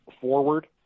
forward